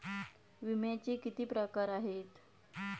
विम्याचे किती प्रकार आहेत?